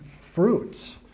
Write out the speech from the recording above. fruits